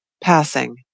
Passing